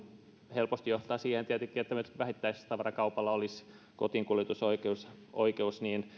helposti johtaa siihen että esimerkiksi vähittäistavarakaupalla olisi kotiinkuljetusoikeus